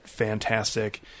fantastic